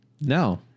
No